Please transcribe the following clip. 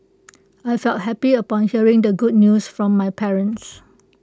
I felt happy upon hearing the good news from my parents